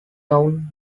town